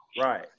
Right